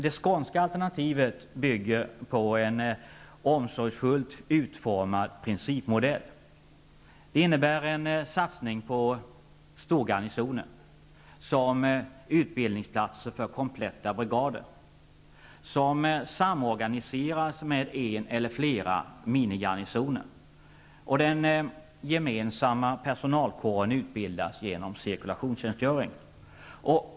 Det skånska alternativet bygger på en omsorgsfullt utformad principmodell. Det innebär en satsning på storgarnisoner som utbildningsplatser för kompletta brigader, som samorganiseras med en eller flera minigarnisoner, och den gemensamma personalkåren utbildas genom cirkulationstjänstgöring.